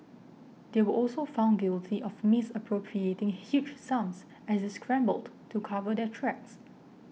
they were also found guilty of misappropriating huge sums as they scrambled to cover their tracks